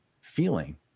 feeling